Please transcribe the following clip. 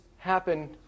Happen